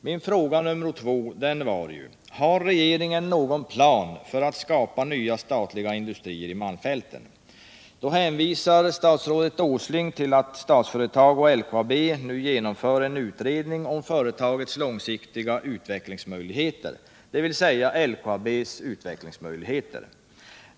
Måndagen den Min andra fråga var: Har regeringen någon plan för att skapa nya statliga 10 april 1978 industrier i malmfälten? Då hänvisar statsrådet Åsling till att Statsföretag och LKAB nu genomför en utredning om företagets långsiktiga utvecklingsmöjligheter, dvs. LKAB:s utvecklingsmöjligheter.